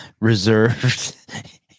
reserved